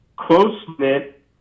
close-knit